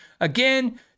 again